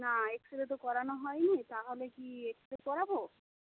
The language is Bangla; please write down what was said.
না এক্স রে তো করানো হয়নি তাহলে কি এক্স রে করাব